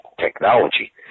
technology